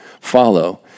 follow